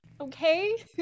okay